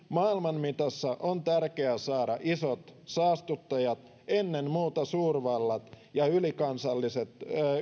maailman mitassa on tärkeää saada isot saastuttajat ennen muuta suurvallat ja ylikansallisesti